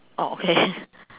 oh okay